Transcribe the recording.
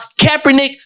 Kaepernick